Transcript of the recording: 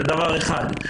זה דבר אחד.